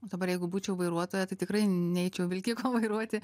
dabar jeigu būčiau vairuotoja tai tikrai neičiau vilkiko vairuoti